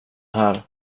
här